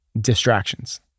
distractions